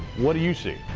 what do you see?